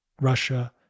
Russia